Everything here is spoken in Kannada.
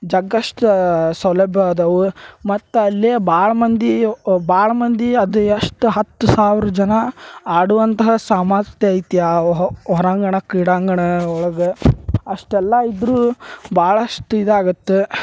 ಜಗ್ಗಷ್ಟು ಸೌಲಭ್ಯ ಅದವು ಮತ್ತಲ್ಲೇ ಭಾಳ ಮಂದಿ ಭಾಳ ಮಂದಿ ಅದು ಎಷ್ಟು ಹತ್ತು ಸಾವಿರ ಜನ ಆಡುವಂತಹ ಸಾಮರ್ಥ್ಯ ಐತಿ ಆ ಹೊರಾಂಗಣ ಕ್ರೀಡಾಂಗಣ ಒಳ್ಗೆ ಅಷ್ಟೆಲ್ಲ ಇದ್ದರೂ ಭಾಳಷ್ಟ್ ಇದಾಗತ್ತೆ